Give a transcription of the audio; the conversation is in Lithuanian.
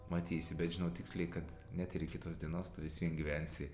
matysi bet žinau tiksliai kad net ir iki tos dienos tu vis vien gyvensi